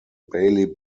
bailey